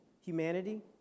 humanity